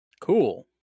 Cool